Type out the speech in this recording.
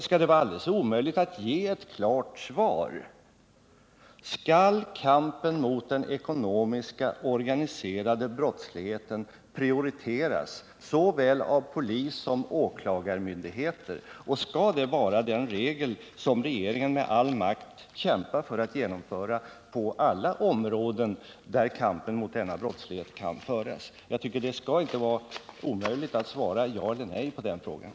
Skall det vara alldeles omöjligt att ge ett klart svar på följande fråga: Skall kampen mot den ekonomiska och den organiserade brottsligheten prioriteras såväl av polis som av åklagarmyndig heter, och skall det vara den regel som regeringen med all makt kämpar för att Nr 93 genomföra på alla områden där kamp mot denna brottslighet kan föras? Jag Torsdagen den tycker att det inte skall vara omöjligt att svara ja eller nej på den frågan.